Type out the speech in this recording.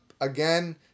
again